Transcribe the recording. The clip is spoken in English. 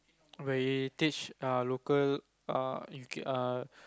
where he teach are local err U_K err